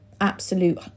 absolute